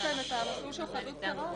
יש להם מסלול של חדלות פירעון.